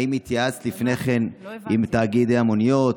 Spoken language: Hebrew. האם התייעצת לפני כן עם תאגידי המוניות,